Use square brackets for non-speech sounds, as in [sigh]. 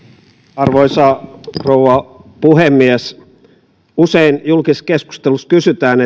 arvoisa rouva puhemies usein julkisessa keskustelussa kysytään [unintelligible]